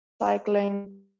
cycling